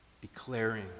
declaring